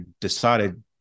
decided